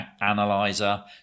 analyzer